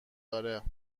آره